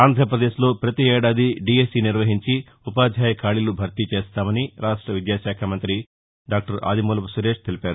ఆంధ్రప్రదేశ్లో పతి ఏడాది దీఎస్సీ నిర్వహించి ఉపాధ్యాయ ఖాళీలు భర్తీ చేస్తామని రాష్ట న్న విద్యాశాఖ మంతి డాక్టర్ ఆదిమూలపు సురేష్ తెలిపారు